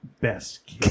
Best